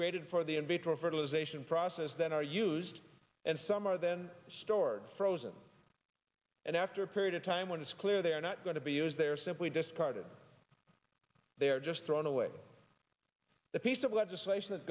created for the in vitro fertilization process than are used and some are then stored frozen and after a period of time when it's clear they're not going to be used they're simply discarded they are just throwing away the piece of legislation that